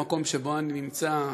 במקום שבו אני נמצא,